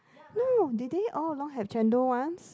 no did they all along have chendol ones